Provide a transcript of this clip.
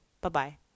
Bye-bye